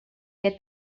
què